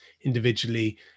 individually